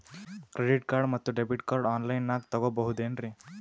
Credit card ಮತ್ತು debit card on ಲೈನಾಗ್ ತಗೋಬಹುದೇನ್ರಿ?